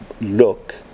look